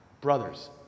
brothers